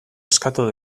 eskatu